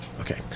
Okay